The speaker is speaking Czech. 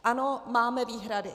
Ano, máme výhrady.